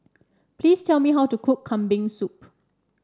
please tell me how to cook Kambing Soup